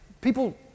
people